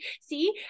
see